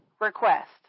request